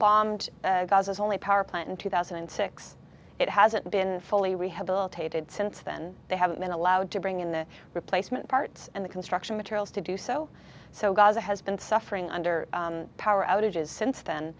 bombed gaza's only power plant in two thousand and six it hasn't been fully rehabilitated since then they haven't been allowed to bring in the replacement parts and the construction materials to do so so gaza has been suffering under power outages since then